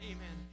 Amen